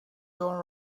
your